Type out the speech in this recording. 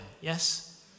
yes